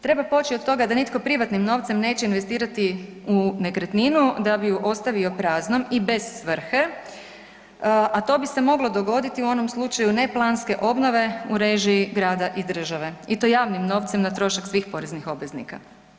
Treba poći od toga da nitko privatnim novcem neće investirati u nekretninu da bi ju ostavio praznom i bez svrhe, a to bi se moglo dogoditi u onom slučaju neplanske obnove u režiji grada i države i to javnim novcem na trošak svih poreznih obveznika.